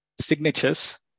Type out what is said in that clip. signatures